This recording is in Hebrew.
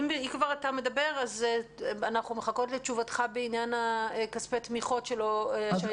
אם אתה כבר מדבר נשמח לשמוע את תשובתך בעניין כספי התמיכות שלא הוגשו.